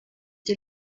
die